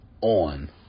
on